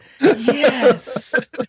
Yes